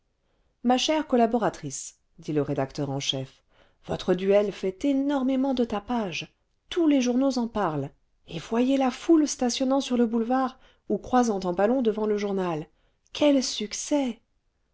ma chère collaboratrice dit le rédacteur en chef votre duel fait énormément de tapage tous les journaux en parlent et voyez la foule stationnant sur le boulevard ou croisant en ballon devant le journal quel succès